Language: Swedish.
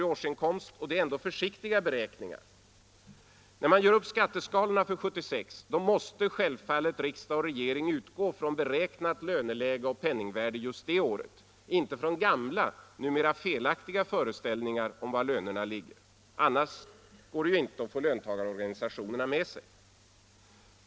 i årsinkomst. Det är ändå försiktiga beräkningar. När man gör upp skatteskalorna för 1976 måste självfallet riksdag och regering utgå från beräknat löneläge och penningvärde det året, inte från gamla, numera felaktiga, föreställningar om var lönerna ligger. Annars går det ju inte att få löntagarorganisationerna med sig.